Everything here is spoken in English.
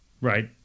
Right